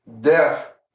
Death